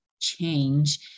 change